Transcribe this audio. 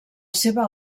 seva